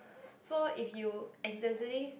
so if you accidentally